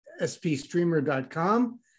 spstreamer.com